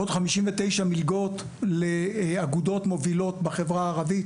עוד 59 מלגות לאגודות מובילות בחברה הערבית